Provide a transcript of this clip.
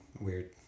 weird